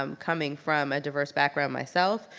um coming from a diverse background myself,